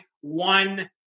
one